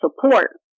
support